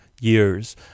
years